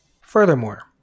Furthermore